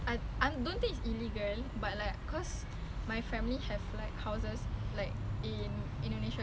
good lah